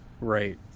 Right